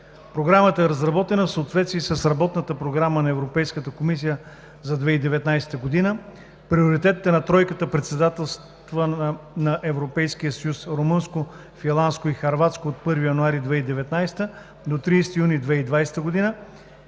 Програмата е разработена в съответствие с Работната програма на Европейската комисия за 2019 г., приоритетите на тройката председателства на Европейския съюз – румънско, финландско и хърватско, от 1 януари 2019-а до 30 юни 2020 г.,